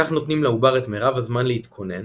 כך נותנים לעובר את מירב הזמן 'להתכונן',